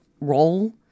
role